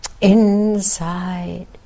inside